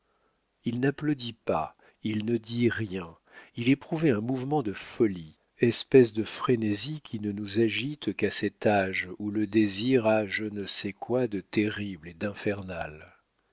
il n'applaudit pas il ne dit rien il éprouvait un mouvement de folie espèce de frénésie qui ne nous agite qu'à cet âge où le désir a je ne sais quoi de terrible et